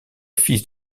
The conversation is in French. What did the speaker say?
fils